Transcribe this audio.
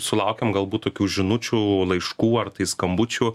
sulaukiam galbūt tokių žinučių laiškų ar tai skambučių